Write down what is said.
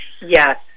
Yes